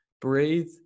breathe